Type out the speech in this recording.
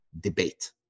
debate